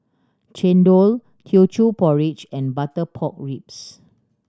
chendol Teochew Porridge and butter pork ribs